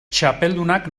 txapeldunak